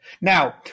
Now